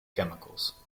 chemicals